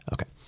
okay